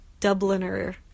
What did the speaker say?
Dubliner